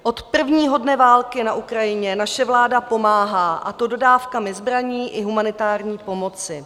Od prvního dne války na Ukrajině naše vláda pomáhá, a to dodávkami zbraní i humanitární pomoci.